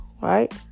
right